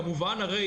כמובן,